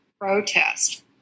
protest